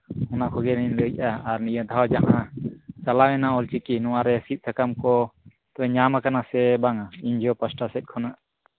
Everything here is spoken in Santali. ᱚᱱᱟ ᱠᱚᱜᱮᱞᱚᱧ ᱞᱟᱹᱭᱮᱫᱼᱟ ᱟᱨ ᱱᱤᱭᱟᱹ ᱫᱷᱟᱣ ᱡᱟᱦᱟᱸ ᱪᱟᱞᱟᱣᱮᱱᱟ ᱚᱞᱪᱤᱠᱤ ᱱᱚᱣᱟ ᱨᱮ ᱥᱤᱫ ᱥᱟᱠᱟᱢ ᱠᱚ ᱧᱟᱢᱟᱠᱟᱱᱟ ᱥᱮ ᱵᱟᱝᱟ ᱮᱱᱡᱤᱭᱳ ᱯᱟᱥᱴᱟ ᱥᱮᱫ ᱠᱷᱚᱱᱟᱜ